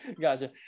Gotcha